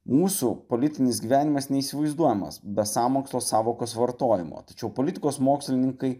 mūsų politinis gyvenimas neįsivaizduojamas be sąmokslo sąvokos vartojimo tačiau politikos mokslininkai